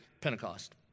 Pentecost